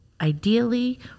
ideally